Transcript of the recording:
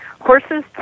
horses